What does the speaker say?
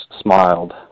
smiled